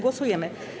Głosujemy.